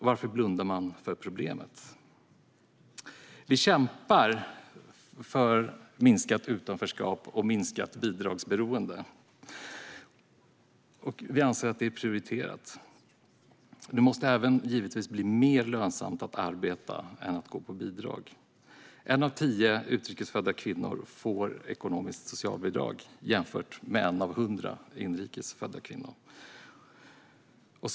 Varför blundar man för problemet? Vi kämpar för minskat utanförskap och minskat bidragsberoende och anser att det är prioriterat. Det måste givetvis bli mer lönsamt att arbeta än att gå på bidrag. En av tio utrikesfödda kvinnor får ekonomiskt socialbidrag jämfört med en av hundra inrikesfödda kvinnor.